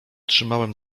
trzymałem